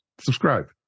subscribe